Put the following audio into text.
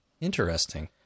Interesting